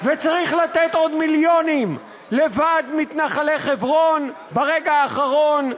וצריך לתת עוד מיליונים לוועד מתנחלי חברון ברגע האחרון.